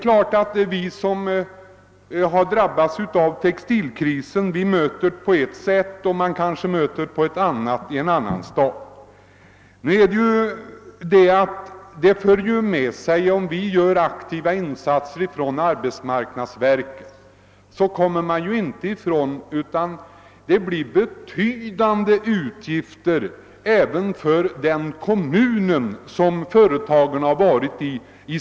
Vi som har drabbats av textilkrisen möter givetvis problemet på ett sätt, medan man i en annan stad kanske möter det på ett annat sätt. Och även om arbetsmarknadsverket gör ak tiva insatser, uppstår det betydande kostnader för den kommun i vilken företag lägges ned.